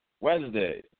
Wednesday